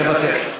מוותר.